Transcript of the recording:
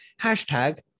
Hashtag